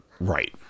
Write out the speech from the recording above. right